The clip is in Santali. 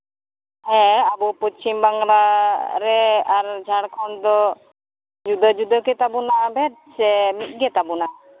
ᱦᱮᱸ ᱟᱵᱚ ᱯᱚᱪᱷᱤᱢ ᱵᱟᱝᱞᱟ ᱨᱮ ᱟᱨ ᱡᱷᱟᱲᱠᱷᱚᱸᱰ ᱫᱚ ᱡᱩᱫᱟᱹ ᱡᱩᱫᱟᱹ ᱜᱮᱛᱟᱵᱚᱱᱟ ᱚᱨᱫᱷᱮᱠ ᱥᱮ ᱢᱤᱫᱜᱮᱛᱟ ᱵᱚᱱᱟ